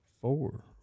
Four